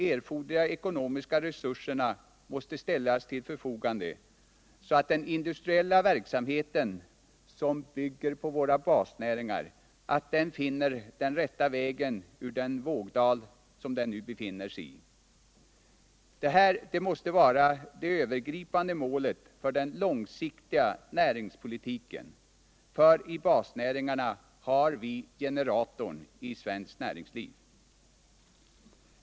Erforderliga ekonomiska resurser måste ställas till förfogande, så att den industriella verksamhet som bygger på våra basnäringar finner den rätta vägen ur den vågdal den nu befinner sig i. Detta måste vara det övergripande målet för den långsiktiga näringspolitiken, för i basnäringarna har vi generatorn i svenskt näringsliv.